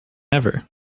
ever